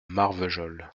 marvejols